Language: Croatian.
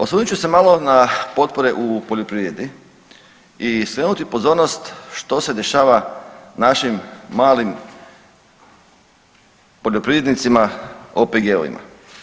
Osvrnut ću se malo na potpore u poljoprivredi i skrenuti pozornost što se dešava našim malim poljoprivrednicima, OPG-ovima.